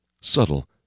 Subtle